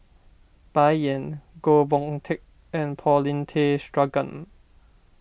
Bai Yan Goh Boon Teck and Paulin Tay Straughan